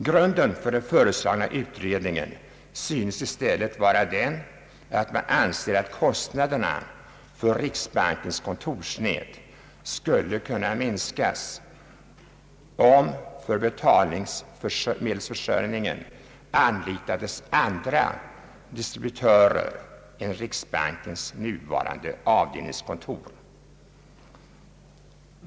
Grunden för den föreslagna utredningen synes i stället vara den, att man anser att kostnaderna för riksbankens kontorsnät skulle kunna minskas, om för betalningsmedelsförsörjningen anlitades andra distributörer än riksbankens nuvarande avdelningskontor.